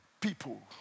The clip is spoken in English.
People